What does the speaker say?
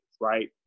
right